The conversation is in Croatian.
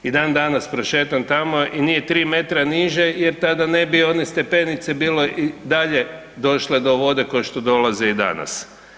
I dan danas prošetam tamo i nje 3 metra niže jer tada ne bi one stepenice bilo i dalje došle do vode ko što dolaze i danas.